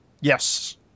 Yes